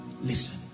Listen